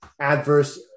adverse